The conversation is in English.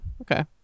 Okay